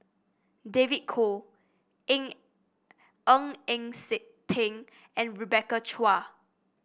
David Kwo Eng Ng Eng Teng and Rebecca Chua